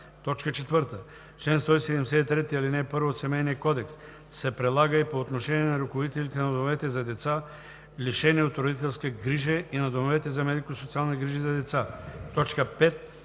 член 173, ал. 1 от Семейния кодекс се прилага и по отношение на ръководителите на домовете за деца, лишени от родителска грижа, и на домовете за медико-социални грижи за деца; 5.